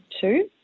two